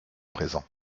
présent